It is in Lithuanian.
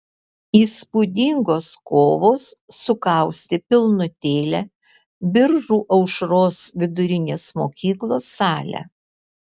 įspūdingos kovos sukaustė pilnutėlę biržų aušros vidurinės mokyklos salę